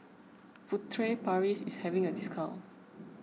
Furtere Paris is having a discount